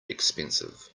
expensive